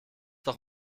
doch